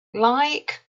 like